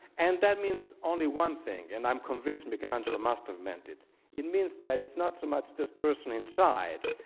and that means only one thing and i'm convinced michelangelo must have meant it it means that it's not so much this person inside,